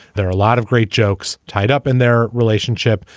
there are a lot of great jokes tied up in their relationship.